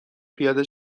پیاده